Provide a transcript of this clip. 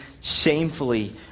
shamefully